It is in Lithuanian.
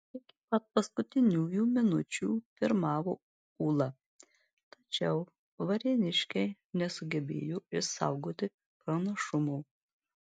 iki pat paskutiniųjų minučių pirmavo ūla tačiau varėniškiai nesugebėjo išsaugoti pranašumo